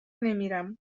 نمیرم